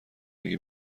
دیگه